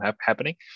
happening